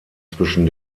zwischen